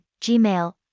Gmail